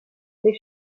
les